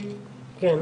אז,